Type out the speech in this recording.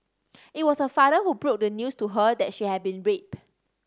it was her father who broke the news to her that she had been raped